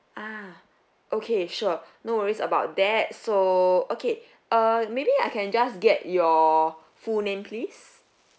ah okay sure no worries about that so okay err maybe I can just get your full name please